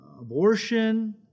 abortion